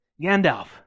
Gandalf